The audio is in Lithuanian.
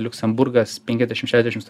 liuksemburgas penkiasdešim šešiasdešim sto